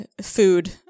food